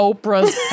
Oprah's